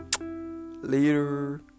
Later